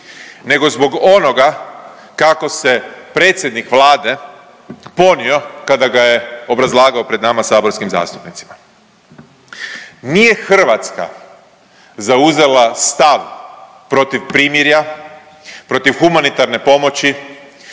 nego zbog onoga kako se predsjednik Vlade ponio kada ga je obrazlagao pred nama saborskim zastupnicima. Nije Hrvatska zauzela stav protiv primirja, protiv humanitarne pomoći,